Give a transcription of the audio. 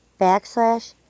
backslash